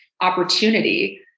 opportunity